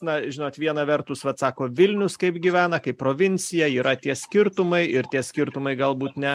na žinot viena vertus vat sako vilnius kaip gyvena kaip provincija yra tie skirtumai ir tie skirtumai galbūt ne